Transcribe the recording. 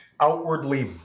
outwardly